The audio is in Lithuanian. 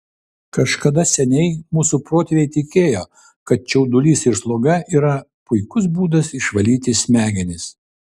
kažkada seniai mūsų protėviai tikėjo kad čiaudulys ir sloga yra puikus būdas išvalyti smegenis